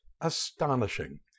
astonishing